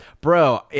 Bro